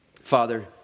Father